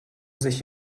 sich